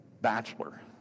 bachelor